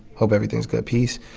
hope everything's good peace.